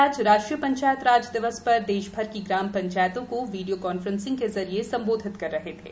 वे आज राष्ट्रीय पंचायत राज दिवस पर देशभर की ग्राम सरपंचों को वीडियो कान्फ्रेसिंग के जरिए सम्बोधित कर रहे थे